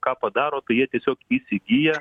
ką padaro tai jie tiesiog įsigyja